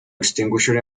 extinguisher